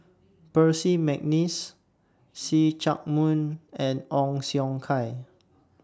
Percy Mcneice See Chak Mun and Ong Siong Kai